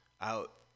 out